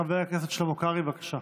חבר הכנסת שלמה קרעי, בבקשה.